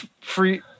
Free